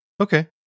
Okay